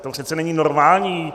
To přece není normální!